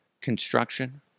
Construction